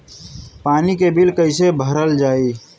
पानी के बिल कैसे भरल जाइ?